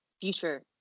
future